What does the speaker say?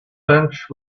bench